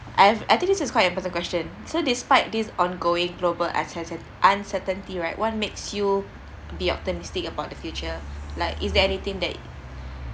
I've I think this is quite a personal question so despite this ongoing global uncecen~ uncertainty right what makes you be optimistic about the future like is there anything that